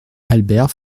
albert